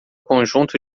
conjunto